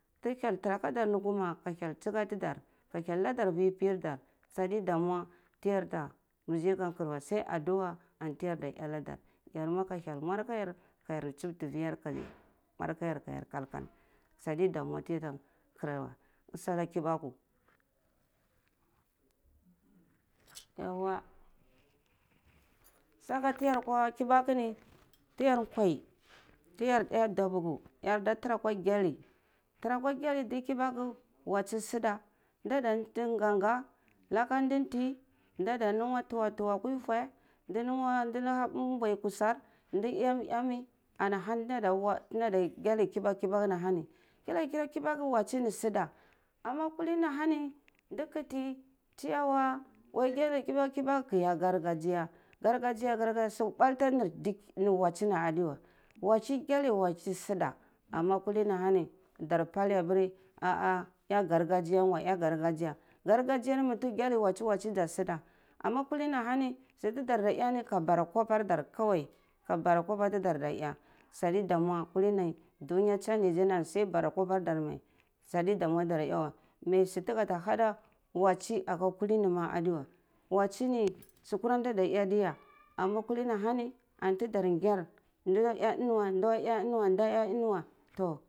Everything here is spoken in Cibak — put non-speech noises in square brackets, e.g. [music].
Ta hyel tara hadi koma ka hyel tsiga tadar ka hyel ladar vir pir dar sadi komuti yarda nzi ka kar weh sai adua anti yarada ena dar yar ma ka hyel mwara ka ya tsubti fiyar ka mura ka yar e kalkal sadi damu tiyada kare weh useh ana kibaku yawa saka tiyar kwa kibaku ni tiyan nkwai tiyar eh dabugwu yar da tura kwa gale tra awka gale dir kibaku watsu suda nda nda di gan gan laka ndi tha nurgu tuwa tuwa akwai fhui ndi lungwa luhu mbwa mbwai kasar ndi ehni ehmi anaha ni tu nda nda gyeli kibaku ni tu nda nda gyeli kibaku kibaku ni anahani gyali kibaku wasi nisuda ana kuli ni ana hana ni kati [unintelligible] akwa gyali gyali kibaku gargajiya gargajiya garga su mbwal tani nar watsi ni adeweh watehi ghyali watsi sudeh ama kulini ahani da pali apari ah ah eh ghagaji meh tighyah watch watchi ga suda amma kulini ah hani su tau dara eh ni ka bara kwapai dar kawai ka bara kwapa ta dar da eh sadeh dauwa kulin dunya changyzy ni ani sai bara kwaparda ani sadi damu ti dara eh weh mai su ta gada hada nar watsi aka nir kulini ma adiweh watsi ni sukura nda nda yeh adiweh ama kulini ahani ana dar ngar doh eh eni weh ndo eh eni weh do eh eni weh toh.